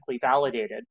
validated